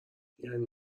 یعنی